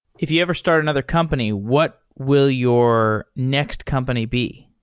if you ever start another company, what will your next company be?